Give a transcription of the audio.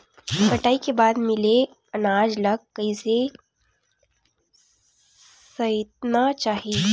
कटाई के बाद मिले अनाज ला कइसे संइतना चाही?